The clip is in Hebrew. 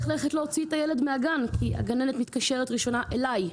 ללכת להוציא את הילד מהגן כי הגננת מתקשרת ראשונה אלי.